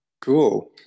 Cool